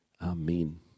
Amen